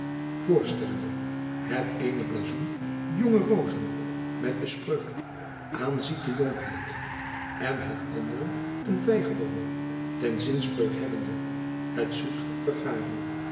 voorstellende het eene blazoen jonge rozen met de spreuk aanziet de jonkheid en het andere een vijgeboom ten zinspreuk hebbende het zoet vergaren